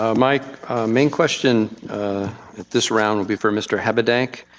ah my main question at this round will be for mr. habedank.